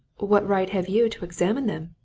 what right have you to examine them?